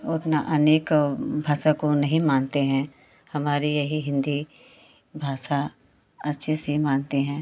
उतना अनेक भाषा को नहीं मानते हैं हमारी यही हिन्दी भाषा अच्छे से मानते हैं